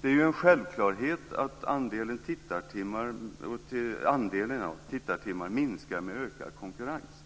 Det är en självklarhet att andelen tittartimmar minskar med ökad konkurrens.